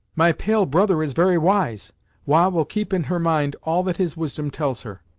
my pale brother is very wise wah will keep in her mind all that his wisdom tells her.